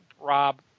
Rob